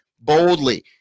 boldly